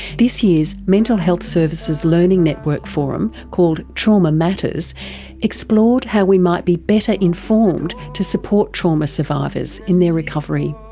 this year's mental health services learning network forum called trauma matters explored how we might be better informed to support trauma survivors in their recovery.